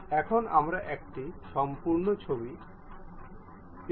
এখন আমরা একটি সম্পূর্ণ ছবি আছে